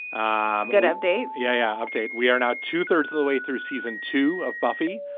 um good update. yeah update we are now two thirds of the way through season two of buffy.